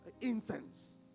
incense